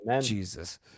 Jesus